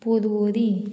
Porvorim